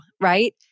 right